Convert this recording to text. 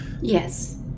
Yes